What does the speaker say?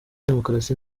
demukarasi